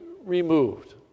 removed